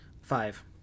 Five